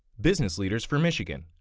business leaders for michigan.